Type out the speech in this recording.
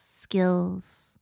skills